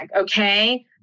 okay